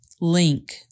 link